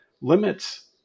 limits